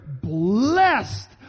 blessed